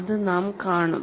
അതും നാം കാണും